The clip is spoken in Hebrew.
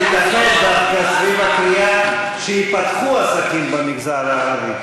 אני חושב שהכנסת צריכה להתאחד סביב הקריאה שייפתחו עסקים במגזר הערבי,